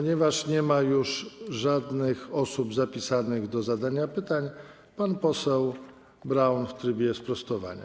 Nie ma już żadnych osób zapisanych do zadania pytań, więc pan poseł Braun w trybie sprostowania.